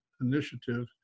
Initiative